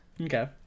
okay